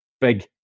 big